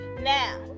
Now